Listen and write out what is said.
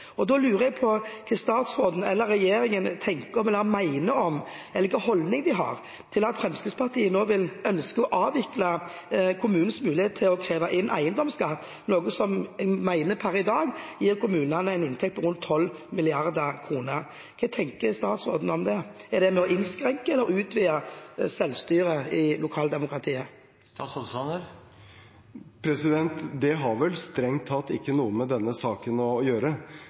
lurer på hva statsråden og regjeringen tenker og mener om – eller hvilken holdning de har til – at Fremskrittspartiet nå ønsker å avvikle kommunenes mulighet til å kreve inn eiendomsskatt, noe som jeg mener per i dag gir kommunene en inntekt på rundt 12 mrd. kr. Hva tenker statsråden om det? Er det nå innskrenkning med hensyn til å utvide det lokale selvstyret? Det har vel strengt tatt ikke noe med denne saken å gjøre.